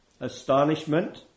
Astonishment